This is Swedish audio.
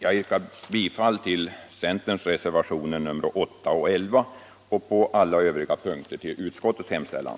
Jag yrkar bifall till centerns reservationer nr 8 och 11 och på alla övriga punkter till utskottets hemställan.